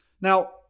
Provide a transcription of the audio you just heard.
Now